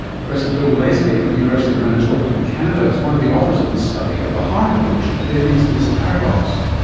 professor bill leslie of the university of manitoba in canada is one of the authors of this study, at the heart of which there is this paradox.